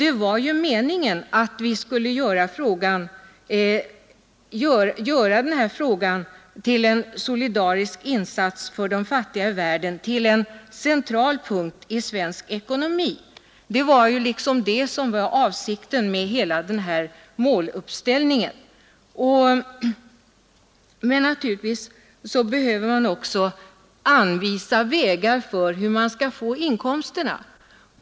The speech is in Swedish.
Det var ju också meningen att vi skulle göra denna fråga till en solidarisk insats för de fattiga i världen och till en central punkt för den svenska ekonomin. Detta var avsikten med hela måluppställningen. Men naturligtvis måste också vägar anvisas för hur vi skall få fram inkomsterna.